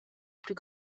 plus